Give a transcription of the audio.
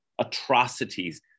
atrocities